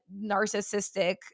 narcissistic